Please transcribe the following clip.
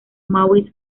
maurice